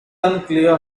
unclear